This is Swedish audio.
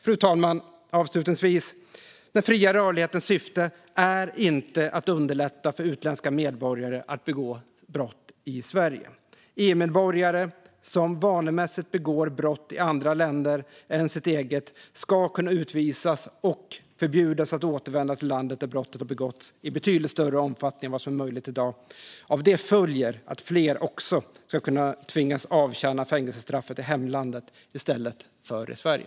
Fru talman! Avslutningsvis är den fria rörlighetens syfte inte att underlätta för utländska medborgare att begå brott i Sverige. EU-medborgare som vanemässigt begår brott i andra länder än sitt eget ska kunna utvisas och förbjudas att återvända till landet där brottet har begåtts i betydligt större omfattning än vad som är möjligt i dag. Av det följer att fler också ska kunna tvingas avtjäna fängelsestraff i hemlandet i stället för i Sverige.